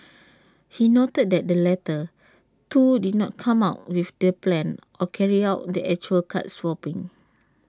he noted that the latter two did not come up with the plan or carry out the actual card swapping